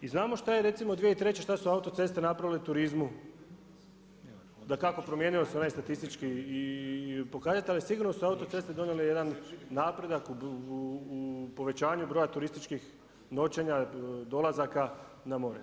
I znamo šta je recimo 2003. šta su autoceste napravile turizmu, dakako promijenio se onaj statistički pokazatelj ali sigurno su autoceste donijele jedan napredak u povećanju broja turističkih noćenja, dolazaka na more.